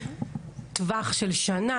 טווח של שנה,